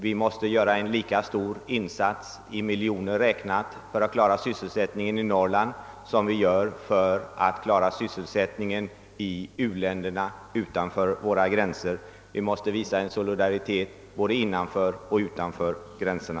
Vi måste göra en lika stor insats i miljoner räknat för att klara sysselsättningen i Norrland som vi gör för att klara sysselsättningen i u-länderna utanför våra gränser. Vi måste visa solidaritet både innanför och utanför gränserna.